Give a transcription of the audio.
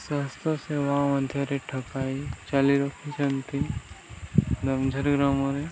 ସ୍ୱାସ୍ଥ୍ୟ ସେବା ମଧ୍ୟରେ ଠକାଇ ଚାଲି ରଖିଛନ୍ତି ଗମଝର ଗ୍ରାମରେ